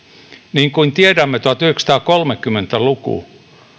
niin kuin tiedämme tuhatyhdeksänsataakolmekymmentä luku